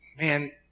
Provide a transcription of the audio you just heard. Man